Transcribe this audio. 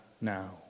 now